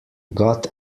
got